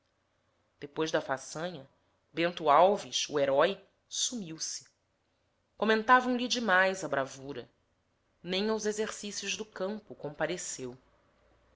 depois da façanha bento alves o herói sumiu-se comentavam lhe demais a bravura nem aos exercícios do campo compareceu